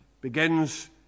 begins